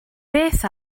beth